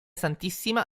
santissima